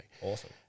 Awesome